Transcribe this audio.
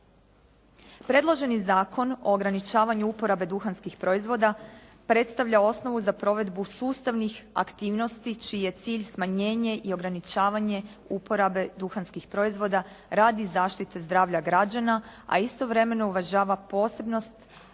Predloženi zakon o ograničavanju uporabe duhanskih proizvoda predstavlja osnovu za provedbu sustavnih aktivnosti čiji je cilj smanjenje i ograničenje uporabe duhanskih proizvoda radi zaštite zdravlja građana a istovremeno uvažava posebnost